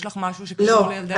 יש לך משהו שקשור לילדי אסירים?